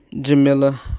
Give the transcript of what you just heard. Jamila